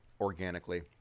organically